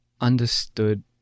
understood